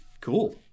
Cool